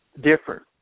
different